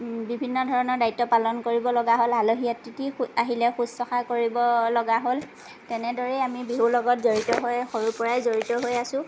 বিভিন্ন ধৰণৰ দায়িত্ব পালন কৰিব লগা হ'ল আলহী অতিথি আহিলে শুশ্ৰষা কৰিব লগা হ'ল তেনেদৰেই আমি বিহুৰ লগত জড়িত হৈ সৰুৰ পৰাই জড়িত হৈ আছো